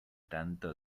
tanto